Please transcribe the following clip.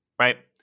Right